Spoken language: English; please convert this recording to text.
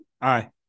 aye